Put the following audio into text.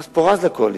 נכנס פורז לקואליציה,